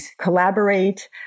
collaborate